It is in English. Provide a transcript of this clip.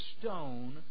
stone